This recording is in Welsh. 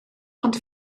ond